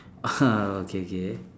okay okay